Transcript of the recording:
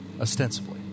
ostensibly